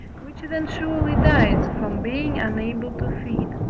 which then surely dies from being unable to feed.